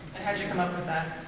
how did you come up with that?